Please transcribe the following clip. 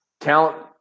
talent